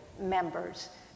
members